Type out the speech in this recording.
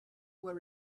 were